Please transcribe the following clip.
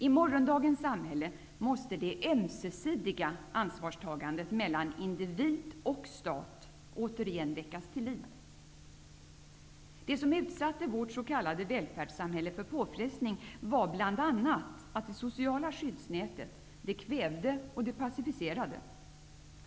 I morgondagens samhälle måste det ömsesidiga ansvarstagandet mellan individ och stat återigen väckas till liv. Det som utsatte vårt s.k. välfärdssamhälle för påfrestning var bl.a. att det sociala skyddsnätet kvävde och passiviserade.